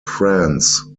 france